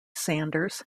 sanders